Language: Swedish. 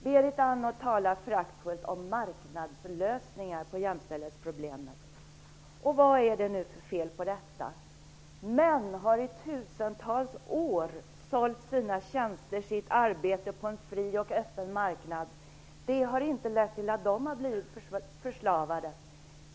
Berit Andnor talar föraktfullt om marknadslösningar på jämställdhetsproblemen. Vad är det för fel på det? Män har ju i tusentals år sålt sina tjänster och sitt arbete på en fri och öppen marknad. Inte har det lett till att männen blivit förslavade!